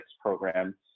program